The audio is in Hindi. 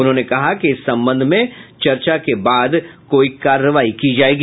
उन्होंने कहा कि इस संबंध में चर्चा के बाद कोई कार्रवाई की जायेगी